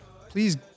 please